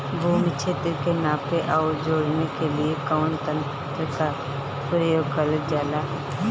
भूमि क्षेत्र के नापे आउर जोड़ने के लिए कवन तंत्र का प्रयोग करल जा ला?